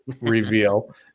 reveal